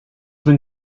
been